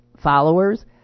Followers